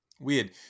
weird